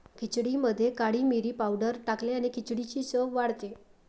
खिचडीमध्ये काळी मिरी पावडर टाकल्याने खिचडीची चव वाढते